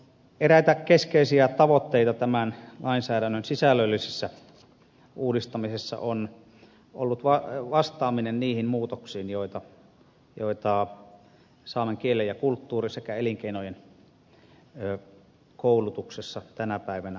eräitä keskeisiä tavoitteita tämän lainsäädännön sisällöllisessä uudistamisessa on ollut vastaaminen niihin muutoksiin joita saamen kielen ja kulttuurin sekä elinkeinojen koulutuksessa tänä päivänä on kohdattu